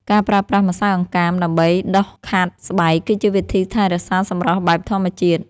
ការប្រើប្រាស់ម្សៅអង្កាមដើម្បីដុសខាត់ស្បែក គឺជាវិធីថែរក្សាសម្រស់បែបធម្មជាតិ។